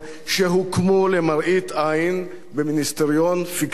שהוקמו למראית עין במיניסטריון פיקטיבי,